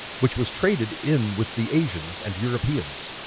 which was traded in with the asians and europeans.